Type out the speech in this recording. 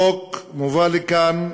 החוק המובא לכאן,